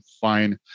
fine